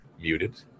Muted